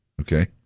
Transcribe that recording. Okay